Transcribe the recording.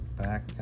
back